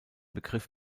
begriff